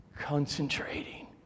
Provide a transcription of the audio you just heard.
concentrating